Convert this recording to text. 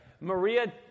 Maria